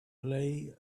play